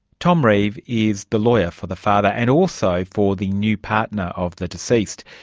tom reeve is the lawyer for the father and also for the new partner of the deceased.